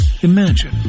Imagine